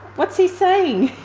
what's he saying?